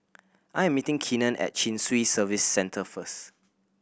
I am meeting Keenen at Chin Swee Service Centre first